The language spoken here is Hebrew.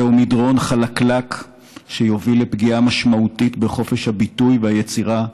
זהו מדרון חלקלק שיוביל לפגיעה משמעותית בחופש הביטוי והיצירה,